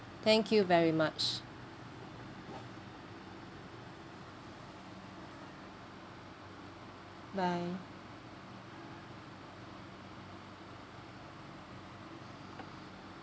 thank you very much bye